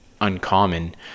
uncommon